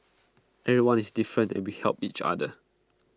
everyone is different and we help each other